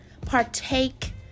partake